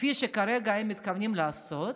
כפי שהם כרגע מתכוונים לעשות,